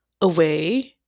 away